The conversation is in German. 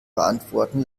beantworten